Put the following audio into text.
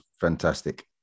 fantastic